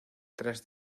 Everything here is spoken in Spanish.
tras